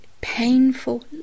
Painful